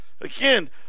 again